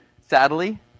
Sadly